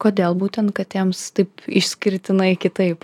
kodėl būtent katėms taip išskirtinai kitaip